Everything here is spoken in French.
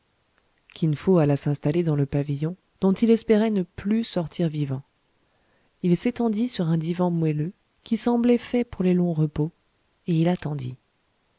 kin fo alla s'installer dans le pavillon dont il espérait ne plus sortir vivant il s'étendit sur un divan moelleux qui semblait fait pour les longs repos et il attendit